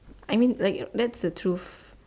I mean like that's the truth